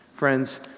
Friends